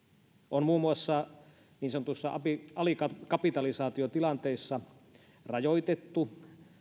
on muun muassa niin sanotuissa alikapitalisaatiotilanteissa rajoitettu